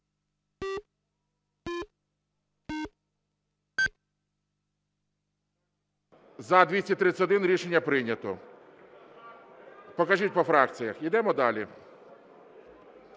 За-231 Рішення прийнято. Покажіть по фракціях. Ідемо далі.